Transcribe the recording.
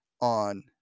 on